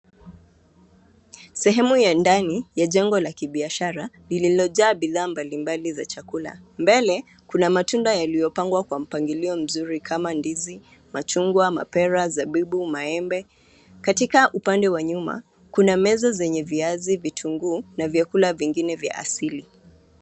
Sehemu ya ndani ya jengo la kibiashara lililojaa bidhaa mbali mbali za chakula . Mbele kuna matunda yaliyopangwa kwa mpangilio mzuri kama ndizi, machungwa, mapera, zabibu, maembe. Katika upande wa nyuma, kuna meza zenye viazi, vitunguu na vyakula vingine vya asili.